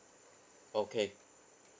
okay